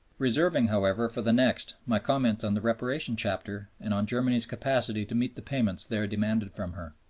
reserving, however, for the next my comments on the reparation chapter and on germany's capacity to meet the payments there demanded from her.